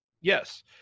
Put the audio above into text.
Yes